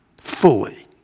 Fully